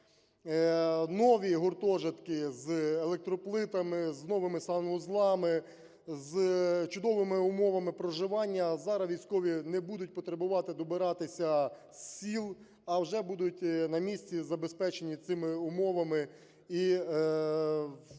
Нові гуртожитки з електроплитами, з новими санузлами, з чудовими умовами проживання. А зараз військові не будуть потребувати добиратися з сіл, а вже будуть на місці забезпечені цими умовами